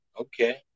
Okay